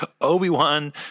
Obi-Wan